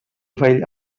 vell